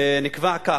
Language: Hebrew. נקבע כך,